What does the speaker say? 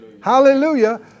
Hallelujah